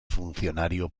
funcionario